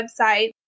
website